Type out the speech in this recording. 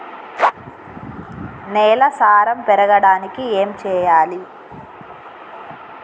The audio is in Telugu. నేల సారం పెరగడానికి ఏం చేయాలి?